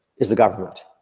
is the government.